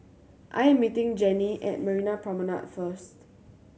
I am meeting Jannie at Marina Promenade first